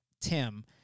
Tim